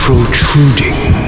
protruding